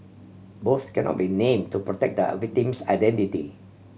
both cannot be name to protect the victim's identity